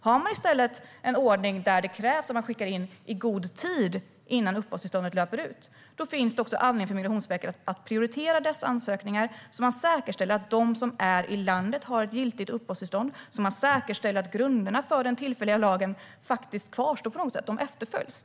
Har man i stället en ordning där det krävs att ansökan skickas in i god tid innan uppehållstillståndet löper ut finns det också anledning för Migrationsverket att prioritera dessa ansökningar för att säkerställa att de som är i landet har ett giltigt uppehållstillstånd och att grunderna för den tillfälliga lagen faktiskt kvarstår och efterföljs.